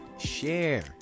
share